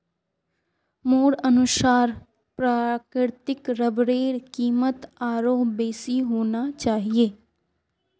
मोर अनुसार प्राकृतिक रबरेर कीमत आरोह बेसी होना चाहिए